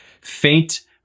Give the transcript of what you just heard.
faint